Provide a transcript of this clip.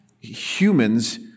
humans